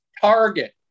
Target